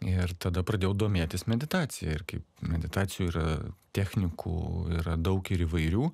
ir tada pradėjau domėtis meditacija ir kaip meditacijų yra technikų yra daug ir įvairių